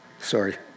sorry